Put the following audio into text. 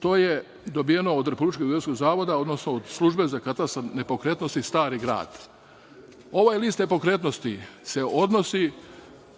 to je dobijeno od Republičkog geodetskog zavoda, odnosno od Službe za katastar nepokretnosti Stari grad. Ovaj list nepokretnosti se odnosi